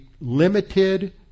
limited